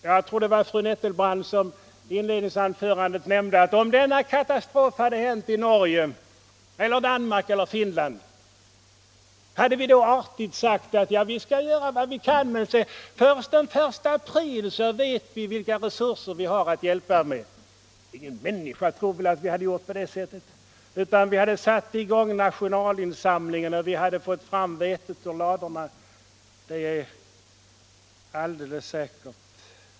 Jag tror det var fru Nettelbrandt som i sitt inledningsanförande sade att om denna katastrof hade hänt i Norge, Danmark eller Finland, hade vi då artigt sagt: ”Vi skall göra vad vi kan, men först den 1 april vet vi vilka resurser vi har att sätta in.” Ingen människa tror väl att vi hade gjort på det sättet. Vi hade satt i gång nationalinsamlingar och fått fram vetet ur ladorna, det är alldeles säkert.